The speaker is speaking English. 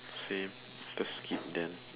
same just keep them